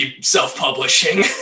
self-publishing